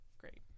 great